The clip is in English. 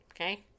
Okay